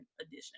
edition